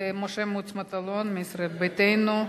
משה מוץ מטלון מישראל ביתנו.